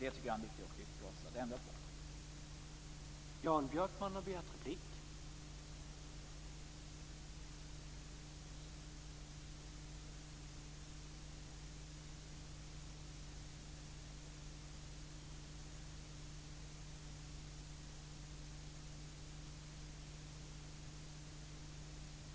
Det tycker jag är en viktig uppgift för oss att ändra på.